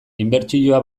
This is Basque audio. inbertsioa